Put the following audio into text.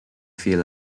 feel